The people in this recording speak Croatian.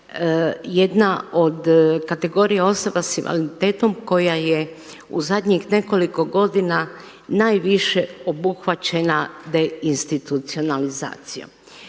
jedna od kategorija osoba sa invaliditetom koja je u zadnjih nekoliko godina najviše obuhvaćena deinstitucionalizacijom.